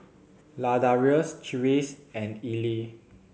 Ladarius Reese and Eli